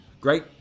Great